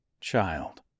Child